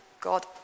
God